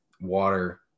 water